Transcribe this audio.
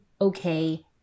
okay